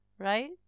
right